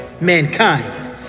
mankind